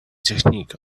technique